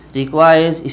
requires